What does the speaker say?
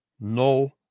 No